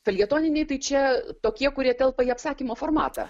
feljetoniniai tai čia tokie kurie telpa į apsakymo formatą